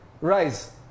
rise